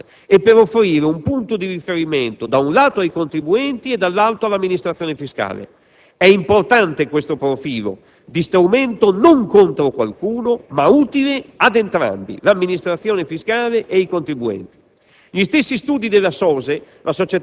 applicative conseguenti alla *minimum tax* e per offrire un punto di riferimento da un lato ai contribuenti, dall'altro all'amministrazione fiscale. È importante questo profilo di strumento, non contro qualcuno, ma utile a entrambi: l'amministrazione fiscale e i contribuenti.